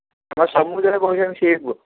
ଆପଣ ସବୁଯାକ ପଇସା ମିଶାଇକି କୁହ